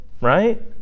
right